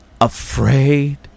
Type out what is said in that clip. afraid